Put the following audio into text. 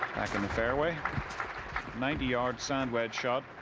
back in the fairway ninety yards, sand wedge shot